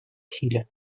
силе